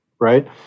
right